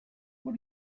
what